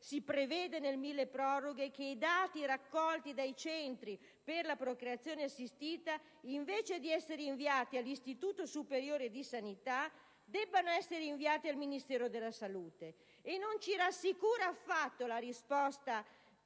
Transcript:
si preveda che i dati raccolti dai centri per la procreazione assistita, invece di essere inviati all'Istituto superiore di sanità, debbano essere trasmessi al Ministero della salute. Non ci rassicura affatto la risposta